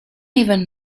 even